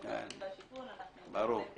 אנחנו בהחלט